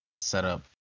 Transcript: setup